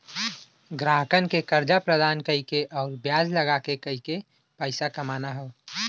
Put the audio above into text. ग्राहकन के कर्जा प्रदान कइके आउर ब्याज लगाके करके पइसा कमाना हौ